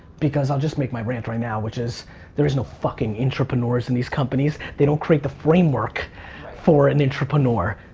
because i'll just make my rant right now which is there is no fucking entrepreneurs in these companies. they don't create the framework right for an entrepreneur.